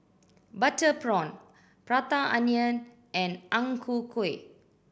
butter prawn Prata Onion and Ang Ku Kueh